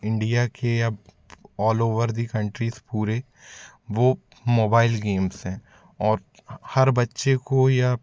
India के या all over the countries पूरे वो मोबाइल गेम्स हैं और हर बच्चे को यह